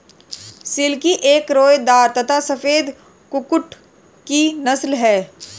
silkie एक रोएदार तथा सफेद कुक्कुट की नस्ल है